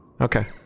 Okay